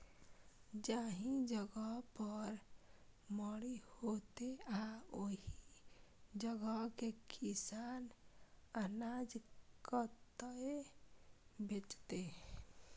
जाहि जगह पर मंडी हैते आ ओहि जगह के किसान अनाज कतय बेचते?